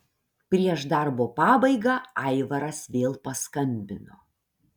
prieš darbo pabaigą aivaras vėl paskambino